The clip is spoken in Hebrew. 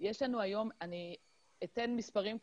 אני אתן מספרים כלליים.